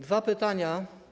Dwa pytania.